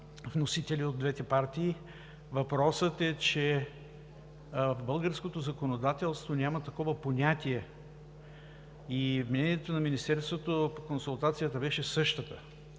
вносители от двете партии. Въпросът е, че в българското законодателство няма такова понятие и мнението на Министерството при консултацията беше същото.